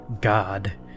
god